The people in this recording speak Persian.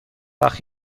وقت